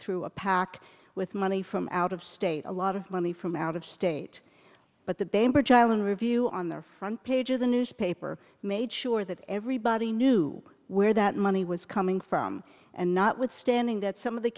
through a pac with money from out of state a lot of money from out of state but the bainbridge island review on their front page of the newspaper made sure that everybody knew where that money was coming from and not withstanding that some of the